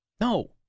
No